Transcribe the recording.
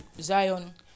Zion